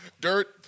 Dirt